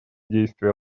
действий